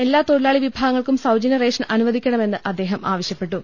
എല്ലാ തൊഴിലാളി വിഭാഗങ്ങൾക്കും സൌജന്യ റേഷൻ അനുവദിക്കണമെന്നും അദ്ദേഹം ആവ ശ്യപ്പെട്ടു